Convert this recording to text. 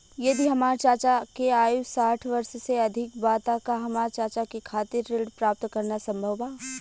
यदि हमार चाचा के आयु साठ वर्ष से अधिक बा त का हमार चाचा के खातिर ऋण प्राप्त करना संभव बा?